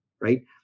right